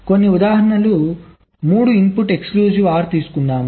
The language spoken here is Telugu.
కొన్ని ఉదాహరణలు 3 ఇన్పుట్ ఎక్స్క్లూజివ్ OR తీసుకుందాం